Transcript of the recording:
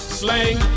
slang